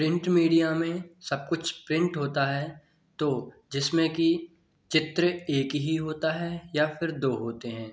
print media में सब कुछ प्रिंट होता है तो जिसमें कि चित्र एक ही होता है या फिर दो होते हैं